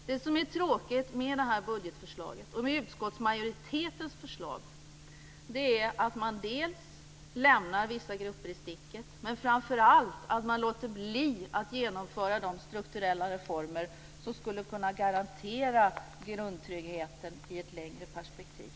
Det som är tråkigt med detta budgetförslag och med utskottsmajoritetens förslag är att man lämnar vissa grupper i sticket men framför allt att man låter bli att genomföra de strukturella reformer som skulle kunna garantera grundtryggheten i ett längre perspektiv.